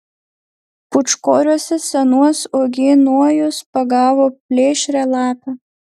pūčkoriuose senuos uogienojuos pagavo plėšrią lapę